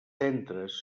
centres